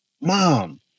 mom